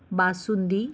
basundi